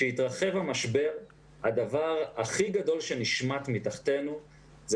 כשהתרחב המשבר הדבר הכי גדול שנשמט מתחתינו זה